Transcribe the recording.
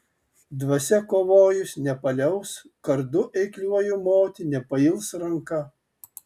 dvasia kovojus nepaliaus kardu eikliuoju moti nepails ranka